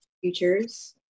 Futures